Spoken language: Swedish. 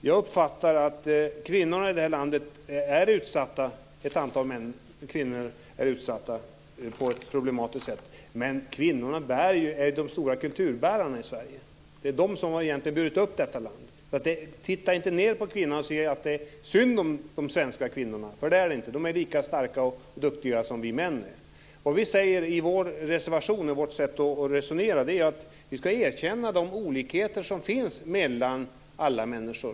Jag uppfattar det som att ett antal kvinnor i det här landet är utsatta, men kvinnor är ju de stora kulturbärarna i Sverige. Det är kvinnorna som egentligen har burit upp detta land. Se inte ned på kvinnorna och säg inte att det är synd om de svenska kvinnorna, för det är det inte. De är lika starka och duktiga som vi män är. I vår reservation säger vi att man ska erkänna de olikheter som finns mellan människor.